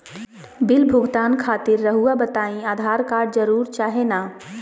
Bill भुगतान खातिर रहुआ बताइं आधार कार्ड जरूर चाहे ना?